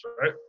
right